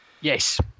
Yes